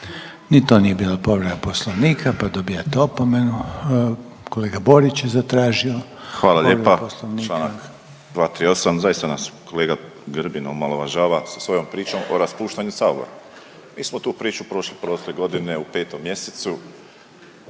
Ni to nije bila povreda Poslovnika, pa dobijate opomenu. Kolega Borić je zatražio povredu Poslovnika. **Borić, Josip (HDZ)** Hvala lijepa. Članak 238. Zaista nas kolega Grbin omalovažava sa svojom pričom o raspuštanja sabora. Mi smo tu priču prošli prošle godine u 5. mjesecu,